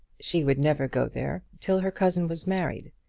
she would never go there till her cousin was married.